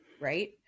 Right